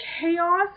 chaos